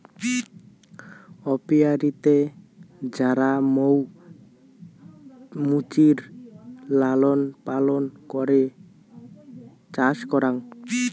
অপিয়ারীতে যারা মৌ মুচির লালন পালন করে চাষ করাং